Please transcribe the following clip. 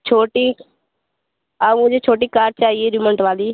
छोटी और मुझे छोटी कार चाहिए रिमोंट वाली